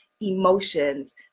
emotions